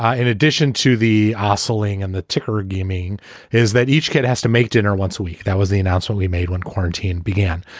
ah in addition to the ah jostling and the ticker igaming is that each kid has to make dinner once a week. that was the announcement we made when quarantine began.